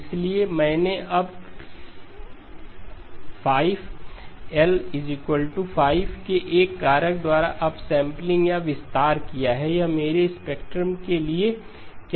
इसलिए मैंने अब 5 L 5 के एक कारक द्वारा अपसम्पलिंग या विस्तार किया है यह मेरे स्पेक्ट्रम के लिए क्या करता है